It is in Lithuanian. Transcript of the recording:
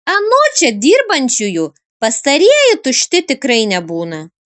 anot čia dirbančiųjų pastarieji tušti tikrai nebūna